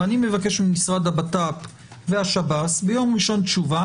ואני מבקש ממשרד הבט"פ ומהשב"ס ביום ראשון תשובה